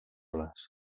les